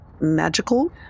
magical